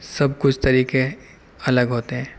سب کچھ طریقے الگ ہوتے ہیں